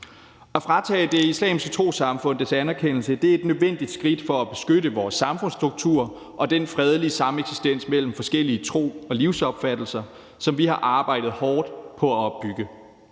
At fratage Det Islamiske Trossamfund dets anerkendelse er et nødvendigt skridt for at beskytte vores samfundsstruktur og den fredelige sameksistens mellem forskellige trosretninger og livsopfattelser, som vi har arbejdet hårdt på at opbygge.